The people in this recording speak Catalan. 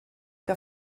que